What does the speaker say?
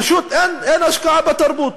פשוט אין השקעה בתרבות.